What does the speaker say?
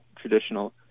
traditional